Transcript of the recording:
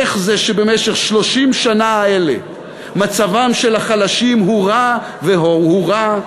איך זה שבמשך 30 השנה האלה מצבם של החלשים הורע והורע,